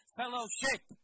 fellowship